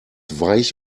weich